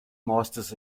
masters